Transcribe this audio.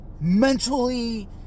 mentally